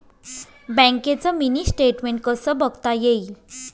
बँकेचं mini statement कसं बघता येईल?